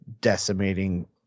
decimating